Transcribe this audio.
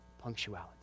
punctuality